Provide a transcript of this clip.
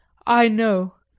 i know.